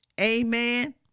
Amen